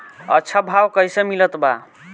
अच्छा भाव कैसे मिलत बा?